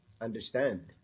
understand